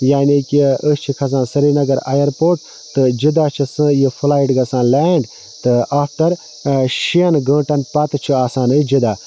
یعنے کہِ أسۍ چھِ کھَسان سریٖنَگر اَیرپوٹ تہٕ جِدّہ چھِ فلایٹ گَژھان لینٛڈ تہٕ آفٹَر شیٚن گٲنٛٹَن پَتہٕ چھُ آسان أسۍ جِدّہ